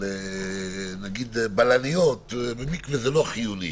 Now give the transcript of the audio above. אבל בלניות במקווה זה לא חיוני